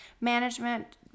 management